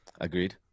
Agreed